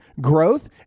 growth